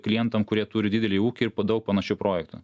klientam kurie turi didelį ūkį ir p daug panašių projektų